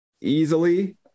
easily